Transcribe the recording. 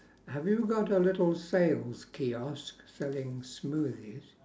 have you got a little sales kiosk selling smoothies